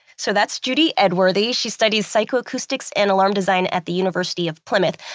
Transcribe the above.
so that's judy edworthy. she studies psychoacoustics and alarm design at the university of plymouth,